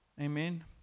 Amen